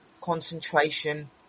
concentration